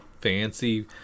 fancy